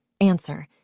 answer